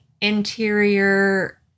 interior